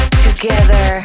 together